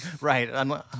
right